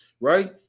right